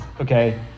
Okay